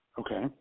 Okay